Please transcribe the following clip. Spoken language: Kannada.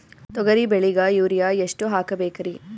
ತೊಗರಿ ಬೆಳಿಗ ಯೂರಿಯಎಷ್ಟು ಹಾಕಬೇಕರಿ?